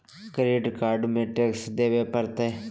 Credit card में टेक्सो देवे परते?